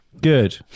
Good